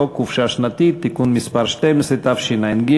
חוק חופשה שנתית (תיקון מס' 12),